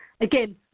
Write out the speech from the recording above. Again